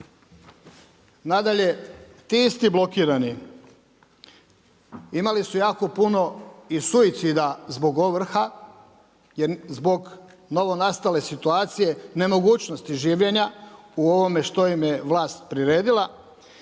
Nadalje, ti isti blokirani imali su jako puno i suicida zbog ovrha, zbog novonastale situacije, nemogućnosti življenja u ovome što im je vlast priredila,